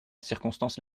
circonstance